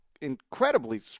incredibly